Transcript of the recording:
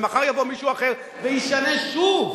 ומחר יבוא מישהו אחר וישנה שוב.